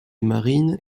marine